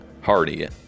Hardy